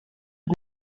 für